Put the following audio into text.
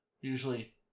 usually